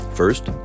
First